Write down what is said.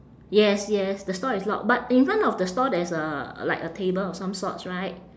yes yes the stall is locked but in front of the stall there's a like a table of some sorts right